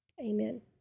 Amen